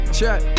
Check